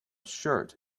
shirt